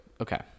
Okay